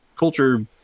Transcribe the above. culture